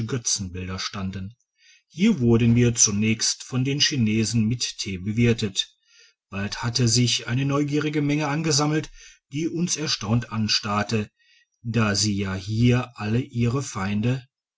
götzenbilder standen hier wurden wir zunächst von den chinesen mit thee bewirtet bald hatte sich eine neugierige menge angesammelt die uns erstaunt anstarrte da sie ja hier alle ihre feinde